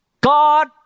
God